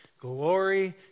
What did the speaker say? Glory